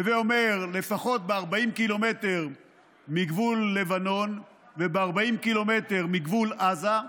הווי אומר לפחות ב-40 ק"מ מגבול לבנון וב-40 ק"מ מגבול עזה,